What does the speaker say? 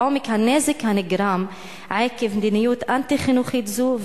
עומק הנזק הנגרם עקב מדיניות אנטי-חינוכית זו?